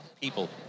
people